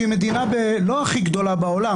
שהיא מדינה לא הכי גדולה בעולם,